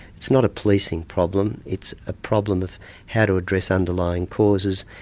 it's not a policing problem, it's a problem of how to address underlying causes,